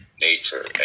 nature